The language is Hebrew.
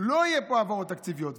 לא יהיו פה העברות תקציביות.